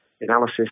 analysis